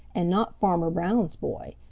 and not farmer brown's boy,